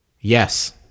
Yes